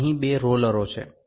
અને અહીં બે રોલરો છે